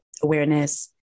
awareness